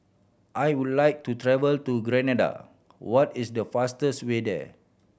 I would like to travel to Grenada what is the fastest way there